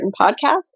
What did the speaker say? podcast